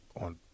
on